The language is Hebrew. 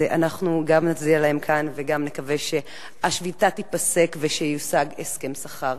אז אנחנו נצדיע להם כאן וגם נקווה שהשביתה תיפסק ושיושג הסכם שכר